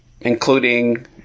including